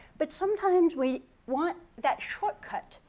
but sometimes we want that shortcut,